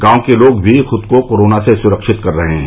गांव के लोग भी खुद को कोरोना से सुरक्षित कर रहे हैं